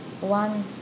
one